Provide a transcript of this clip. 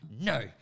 no